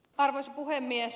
arvoisa puhemies